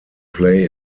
play